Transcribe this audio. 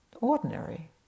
ordinary